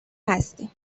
هستین